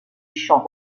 chants